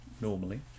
normally